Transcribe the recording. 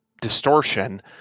distortion